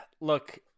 look